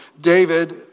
David